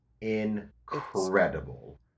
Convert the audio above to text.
incredible